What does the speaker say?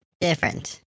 different